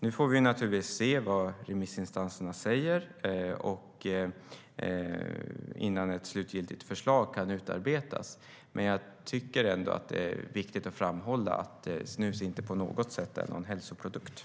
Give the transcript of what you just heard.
Nu får vi se vad remissinstanserna säger innan ett slutgiltigt förslag kan utarbetas. Det är ändå viktigt att framhålla att snus inte på något sätt är någon hälsoprodukt.